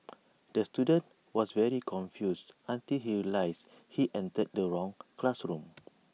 the student was very confused until he realised he entered the wrong classroom